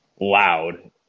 loud